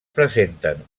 presenten